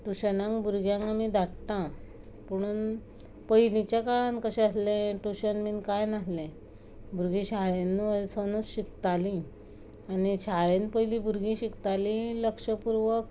ट्युशनाक भुरग्यांक आमी धाडटा पुणून पयलींच्या काळान कशें आसलें ट्युशन बी कांय नासलें भुरगीं शाळेन वचोनच शिकतालीं आनी शाळेन पयलीं भुरगीं शिकतालीं लक्षपूर्वक